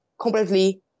completely